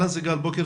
סיגל בוקר